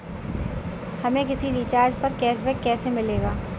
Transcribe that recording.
हमें किसी रिचार्ज पर कैशबैक कैसे मिलेगा?